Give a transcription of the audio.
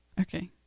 Okay